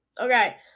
Okay